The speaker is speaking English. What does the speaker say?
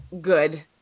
good